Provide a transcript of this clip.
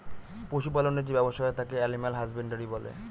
পশু পালনের যে ব্যবসা হয় তাকে এলিম্যাল হাসব্যানডরই বলে